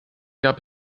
gab